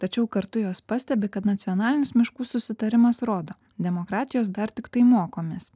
tačiau kartu jos pastebi kad nacionalinis miškų susitarimas rodo demokratijos dar tiktai mokomės